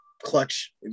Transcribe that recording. clutch